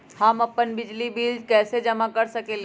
हम अपन बिजली बिल कैसे जमा कर सकेली?